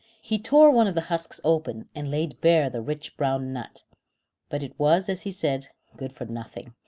he tore one of the husks open, and laid bare the rich brown nut but it was, as he said, good for nothing,